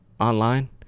Online